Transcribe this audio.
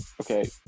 okay